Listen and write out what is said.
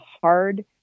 hard